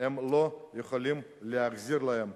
הם לא יכולים להחזיר להם.